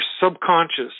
subconscious